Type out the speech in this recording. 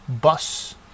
bus